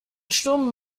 sturm